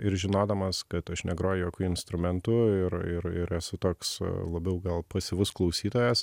ir žinodamas kad aš negroju jokiu instrumentu ir ir ir esu toks labiau gal pasyvus klausytojas